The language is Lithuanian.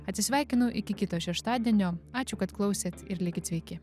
atsisveikinu iki kito šeštadienio ačiū kad klausėt ir likit sveiki